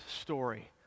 story